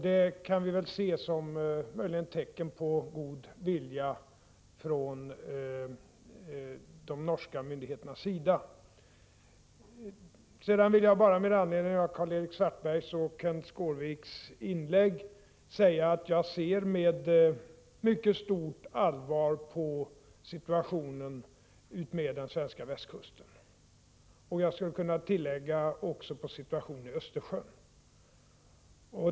Det kan väl möjligen ses som tecken på god vilja från de norska myndigheternas sida. Med anledning av Karl-Erik Svartbergs och Kenth Skårviks inlägg vill jag bara säga att jag ser med mycket stort allvar på situationen utmed den svenska västkusten — jag skulle kunna tillägga att detsamma gäller situationen i Östersjön.